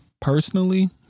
personally